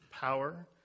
power